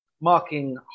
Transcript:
marking